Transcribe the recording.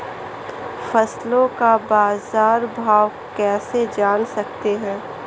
फसलों का बाज़ार भाव कैसे जान सकते हैं?